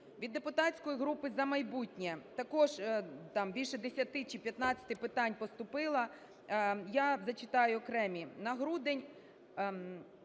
Від депутатської групи "За майбутнє" також там більше 10 чи 15 питань поступило. Я зачитаю окремі. Як у